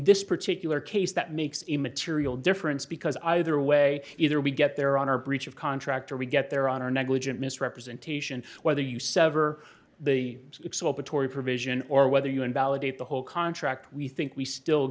this particular case that makes immaterial difference because either way either we get there on our breach of contract or we get there on our negligent misrepresentation whether you sever the axle to tory provision or whether you invalidate the whole contract we think we still